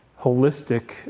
holistic